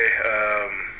okay